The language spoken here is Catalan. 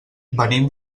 venim